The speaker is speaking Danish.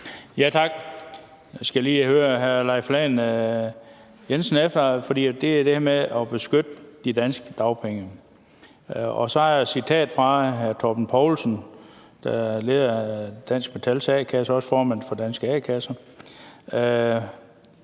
Tak. Jeg skal lige høre hr. Leif Lahn Jensen om noget i forhold til det her med at beskytte de danske dagpenge. Jeg har et citat fra en artikel med hr. Torben Poulsen, leder af Dansk Metals a-kasse og også formand for Danske A-kasser: »Hvis